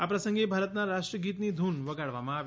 આ પ્રસંગે ભારતના રાષ્ટ્ર ગીતની ધૂન વગાડવામાં આવી